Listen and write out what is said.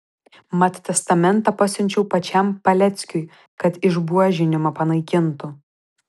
mat testamentą pasiunčiau pačiam paleckiui kad išbuožinimą panaikintų